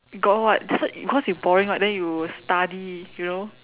got [what] so you because you boring right then you will study you know